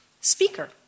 speaker